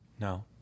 No